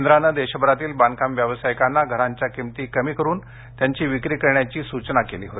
केंद्रानं देशभरातील बांधकाम व्यावसायिकांना घरांच्या किमती कमी करून त्यांची विक्री करण्याची सूचना केंद्रानं केली आहे